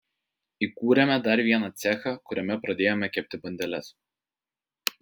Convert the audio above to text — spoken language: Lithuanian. įkūrėme dar vieną cechą kuriame pradėjome kepti bandeles